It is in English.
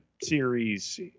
series